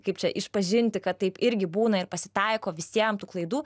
kaip čia išpažinti kad taip irgi būna ir pasitaiko visiem tų klaidų